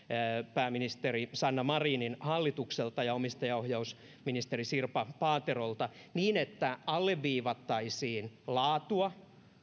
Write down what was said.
pääministeri sanna marinin hallitukselta ja omistajaohjausministeri sirpa paaterolta niin että alleviivattaisiin laatua